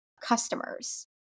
customers